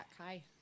Hi